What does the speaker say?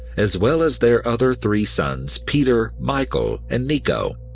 as well as their other three sons, peter, michael and nico.